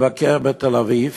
לבקר בתל-אביב.